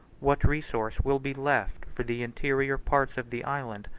what resource will be left for the interior parts of the island,